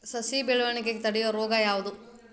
ಸಸಿ ಬೆಳವಣಿಗೆ ತಡೆಯೋ ರೋಗ ಯಾವುದು?